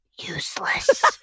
Useless